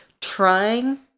trying